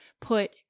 put